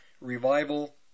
revival